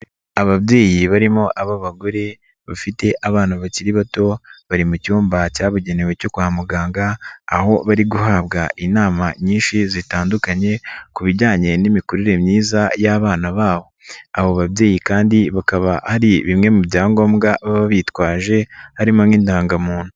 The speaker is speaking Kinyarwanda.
Ababyeyi barimo ab'abagore bafite abana bakiri bato bari mu cyumba cyabugenewe cyo kwa muganga aho bari guhabwa inama nyinshi zitandukanye ku bijyanye n'imikurire myiza y'abana babo, abo babyeyi kandi bakaba hari bimwe mu byangombwa baba bitwaje harimo n'indangamuntu.